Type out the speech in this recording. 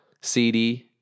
CD